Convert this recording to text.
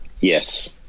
Yes